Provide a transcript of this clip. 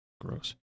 Gross